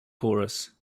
chorus